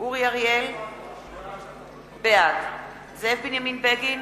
אורי אריאל, בעד זאב בנימין בגין,